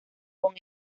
con